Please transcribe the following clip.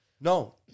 No